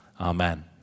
Amen